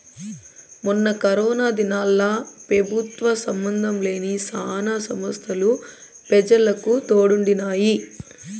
మొన్న కరోనా దినాల్ల పెబుత్వ సంబందం లేని శానా సంస్తలు పెజలకు తోడుండినాయి